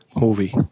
movie